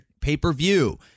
pay-per-view